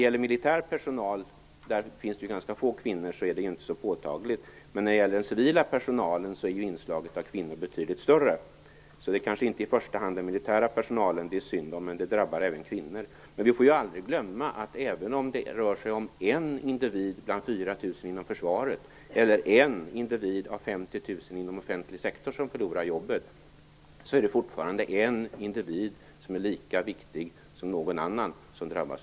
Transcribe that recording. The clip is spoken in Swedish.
Bland militär personal finns det ganska få kvinnor, så det är inte så påtagligt. Men bland den civila personalen är inslaget av kvinnor betydligt större. Det är kanske inte i första hand den militära personalen det är synd om, men det drabbar även kvinnor. Men vi får aldrig glömma att även om det rör sig om en individ bland 4 000 inom försvaret eller en individ av 50 000 inom offentlig sektor som förlorar jobbet, så är det fortfarande en individ som är lika viktig som någon annan som drabbas.